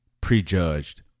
prejudged